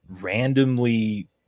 randomly